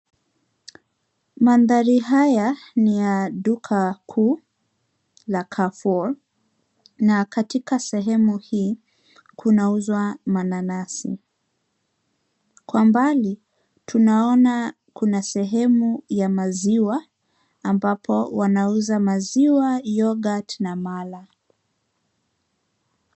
Mandhari haya ni ya duka kuu la Carrefour na katika sehemu hii kuna uzwa mananasi kwa mbali tuna ona kuna sehemu ya maziwa ambapo wana uza maziwa, yoghurt na mala.